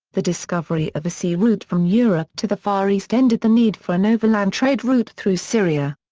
the discovery of a sea route from europe to the far east ended the need for an overland trade route through syria.